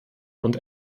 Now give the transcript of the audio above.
und